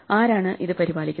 ആരാണ് ഇത് പരിപാലിക്കുന്നത്